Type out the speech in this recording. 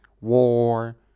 war